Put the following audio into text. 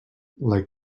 like